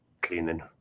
cleaning